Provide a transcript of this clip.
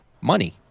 money